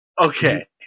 Okay